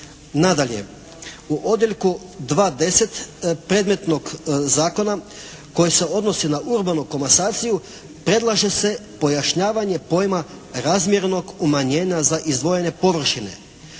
Nadalje, u odjeljku 2.10 predmetnog zakona koje se odnosi na urbanu komasaciju predlaže se pojašnjavanje pojma razmjernog umanjenja za izdvojene površine